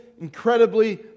incredibly